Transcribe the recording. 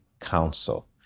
Council